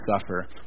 suffer